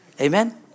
Amen